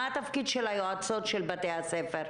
מה התפקיד של יועצות בתי הספר?